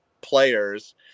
players